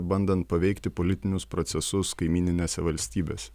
bandant paveikti politinius procesus kaimyninėse valstybėse